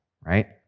right